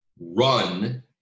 run